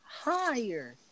higher